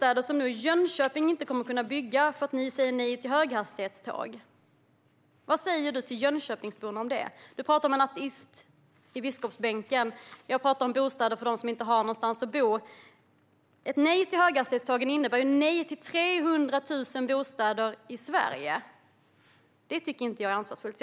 Vad säger du till Jönköpingsborna om de bostäder som Jönköping nu inte kommer att kunna bygga för att ni säger nej till höghastighetståg? Du pratar om en ateist i biskopsbänken. Jag pratar om bostäder för dem som inte har någonstans att bo. Ett nej till höghastighetstågen innebär ju nej till 300 000 bostäder i Sverige. Det tycker jag inte är ansvarsfullt.